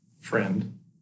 friend